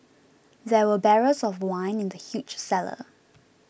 there were barrels of wine in the huge cellar